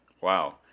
Wow